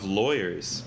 lawyers